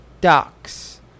ducks